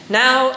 now